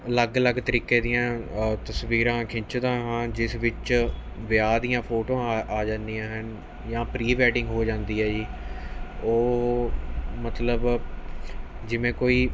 ਅਲੱਗ ਅਲੱਗ ਤਰੀਕੇ ਦੀਆਂ ਤਸਵੀਰਾਂ ਖਿਚਦਾ ਹਾਂ ਜਿਸ ਵਿੱਚ ਵਿਆਹ ਦੀਆਂ ਫੋਟੋਆਂ ਆ ਆ ਜਾਂਦੀਆਂ ਹਨ ਜਾਂ ਪ੍ਰੀ ਵੈਡਿੰਗ ਹੋ ਜਾਂਦੀ ਹੈ ਜੀ ਉਹ ਮਤਲਬ ਜਿਵੇਂ ਕੋਈ